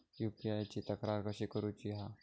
UPI ची तक्रार कशी करुची हा?